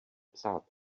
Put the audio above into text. psát